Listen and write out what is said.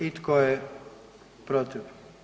I tko je protiv?